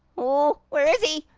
oh. where is he?